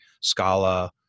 Scala